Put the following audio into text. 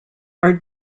are